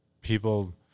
people